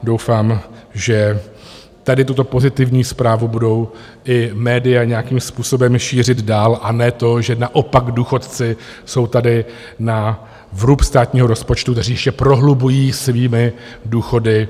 Doufám, že tady tuto pozitivní zprávu budou i média nějakým způsobem šířit dál a ne to, že naopak důchodci jsou tady na vrub státního rozpočtu, kdy ještě ten schodek prohlubují svými důchody.